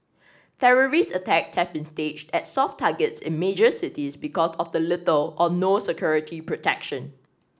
terrorist attacks have been staged at soft targets in major cities because of the little or no security protection